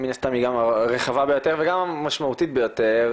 שמן הסתם היא גם הרחבה ביותר וגם המשמעותית ביותר,